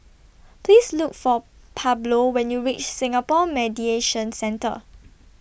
Please Look For Pablo when YOU REACH Singapore Mediation Centre